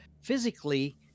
physically